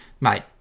mate